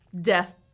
death